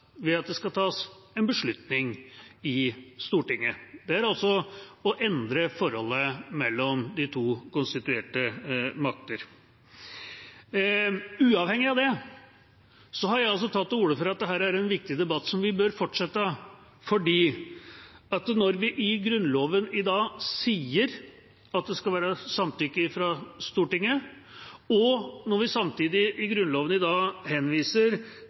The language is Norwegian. ved at det skal tas en beslutning i Stortinget. Det er altså å endre forholdet mellom de to konstituerte makter. Uavhengig av det har jeg også tatt til orde for at dette er en viktig debatt som vi bør fortsette, for når vi i Grunnloven i dag sier at det skal være samtykke fra Stortinget, og når vi samtidig i Grunnloven i dag henviser